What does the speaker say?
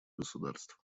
государств